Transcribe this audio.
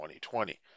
2020